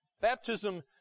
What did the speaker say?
Baptism